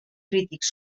crítics